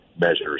measures